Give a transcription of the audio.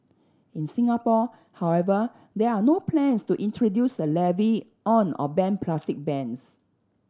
in Singapore however there are no plans to introduce a levy on or ban plastic bags